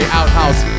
outhouse